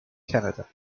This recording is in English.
canada